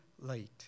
late